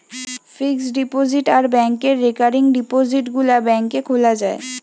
fixed deposit আর ব্যাংকে recurring ডিপোজিটে গুলা ব্যাংকে খোলা যায়